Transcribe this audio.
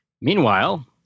Meanwhile